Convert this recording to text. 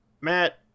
Matt